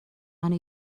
منو